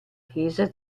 chiesa